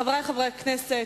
חברי חברי הכנסת,